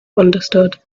understood